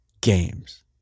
games